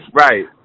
Right